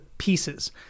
pieces